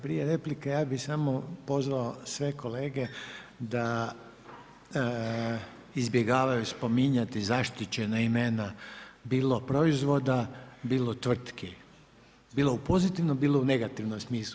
Prije replika ja bih samo pozvao sve kolege da izbjegavaju spominjati zaštićena imena, bilo proizvoda, bilo tvrtki, bilo u pozitivnom, bilo u negativnom smislu.